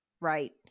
Right